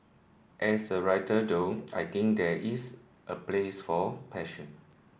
as a writer though I think there is a place for passion